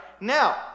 Now